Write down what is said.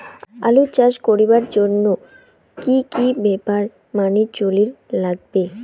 আলু চাষ করিবার জইন্যে কি কি ব্যাপার মানি চলির লাগবে?